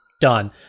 done